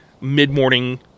mid-morning